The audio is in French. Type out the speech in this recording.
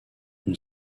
une